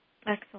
Excellent